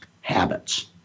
habits